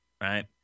right